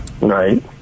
Right